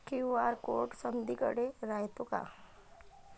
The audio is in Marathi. क्यू.आर कोड समदीकडे रायतो का?